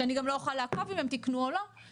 שאני גם לא יכולה לעקוב אם הם תיקנו או לא בגלל,